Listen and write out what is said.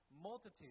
multitude